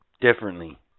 differently